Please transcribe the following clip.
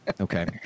Okay